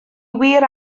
wir